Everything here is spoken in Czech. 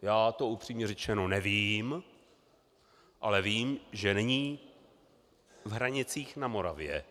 Já to upřímně řečeno nevím, ale vím, že není v Hranicích na Moravě.